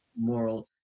moral